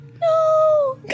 No